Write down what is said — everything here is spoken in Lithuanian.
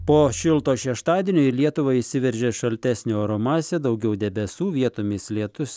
po šilto šeštadienio į lietuvą įsiveržė šaltesnio oro masė daugiau debesų vietomis lietus